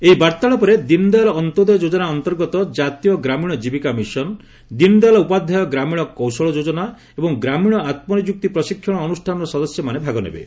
ଏହି ବାର୍ତ୍ତାଳାପରେ ଦୀନ ଦୟାଲ୍ ଅନ୍ତ୍ୟୋଦୟ ଯୋଜନା ଅନ୍ତର୍ଗତ କାତୀୟ ଗ୍ରାମୀଣ ଜୀବିକା ମିଶନ୍ ଦୀନ ଦୟାଲ୍ ଉପାଧ୍ୟାୟ ଗ୍ରାମୀଣ କୌଶଳ ଯୋଜନା ଏବଂ ଗ୍ରାମୀଣ ଆତ୍କନିଯୁକ୍ତି ପ୍ରଶିକ୍ଷଣ ଅନୁଷ୍ଠାନର ସଦସ୍ୟମାନେ ଭାଗ ନେବେ